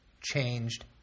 changed